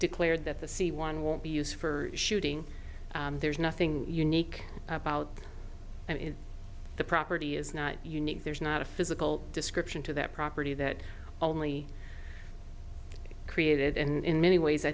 declared that the c one won't be used for shooting there's nothing unique about it the property is not unique there's not a physical description to that property that only created and in many ways i